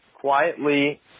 quietly